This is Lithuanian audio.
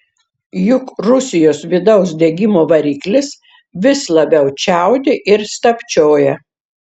juk rusijos vidaus degimo variklis vis labiau čiaudi ir stabčioja